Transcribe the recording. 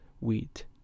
wheat